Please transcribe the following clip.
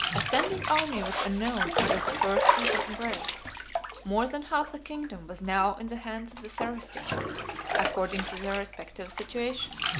a standing army was unknown under the first and second race more than half the kingdom was now in the hands of the saracens according to their respective situation,